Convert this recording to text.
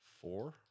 four